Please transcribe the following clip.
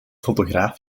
fotograaf